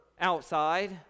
outside